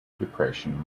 depression